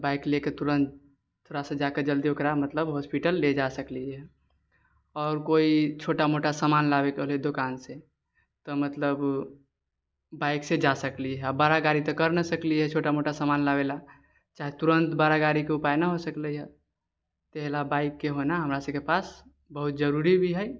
तऽ बाइक लेके तुरत थोड़ा सा जाइके जल्दी मतलब ओकरा ले जा सकलियै आओर कोइ छोटा मोटा समान लाबैके हलै दोकानसँ तऽ मतलब बाइकसँ जा सकली हऽ बड़ा गाड़ी तऽ कर ना सकली छोटा मोटा सामान लाबे ला तुरत बड़ा गाड़ीके उपाय ना हो सकलै हऽ एहे लऽ बाइक के होना हमरा सबके पास जरुरी भी हय